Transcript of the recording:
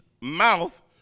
mouth